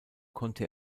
konnte